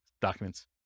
documents